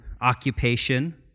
occupation